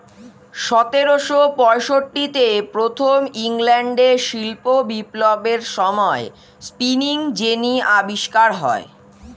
সতেরোশো পঁয়ষট্টিতে প্রথম ইংল্যান্ডের শিল্প বিপ্লবের সময়ে স্পিনিং জেনি আবিষ্কার হয়